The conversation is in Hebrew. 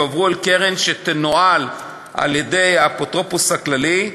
יועברו לקרן שתנוהל על-ידי האפוטרופוס הכללי.